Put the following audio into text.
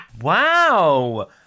Wow